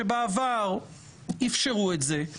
שבעבר אפשרו את זה,